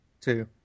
Two